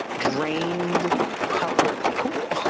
drained public pool.